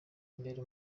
imbere